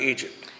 Egypt